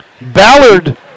Ballard